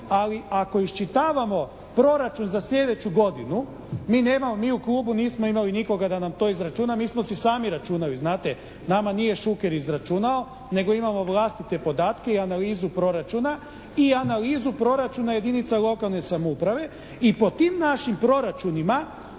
ali ako iščitavamo proračun za sljedeću godinu mi nemamo, mi u klubu nismo imali nikoga da nam to izračuna, mi smo si sami računali znate. Nama nije Šuker izračunao nego imamo vlastite podatke i analizu proračuna i analizu proračuna jedinice lokalne samouprave i po tim našim proračunima